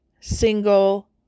single